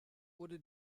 wurde